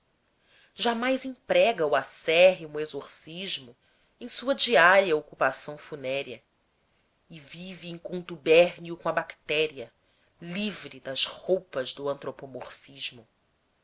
jamais emprega o acérrimo exorcismo em sua diária ocupação funérea e vive em contubérnio com a bactéria livre das roupas do antropomorfismo